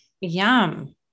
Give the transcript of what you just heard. yum